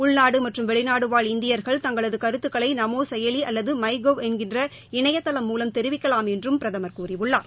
உள்நாடு மற்றும் வெளிநாடுவாழ் இந்தியர்கள் தங்களது கருத்துகளை நமோ செயலி அல்லது மை கவ் என்கிற இணையதளம் மூலம் தெரிவிக்கலாம் என்றும் பிரதமர் கூறியுள்ளார்